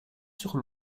sur